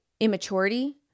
immaturity